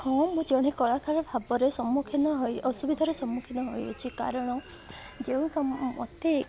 ହଁ ମୁଁ ଜଣେ କଳାକାର ଭାବରେ ସମ୍ମୁଖୀନ ହୋଇ ଅସୁବିଧାର ସମ୍ମୁଖୀନ ହୋଇଅଛି କାରଣ ଯେଉଁ ମୋତେ